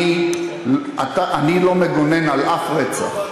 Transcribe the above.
אני, אתה, אני לא מגונן על אף רצח.